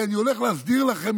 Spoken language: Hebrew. כי אני הולך להסדיר לכם,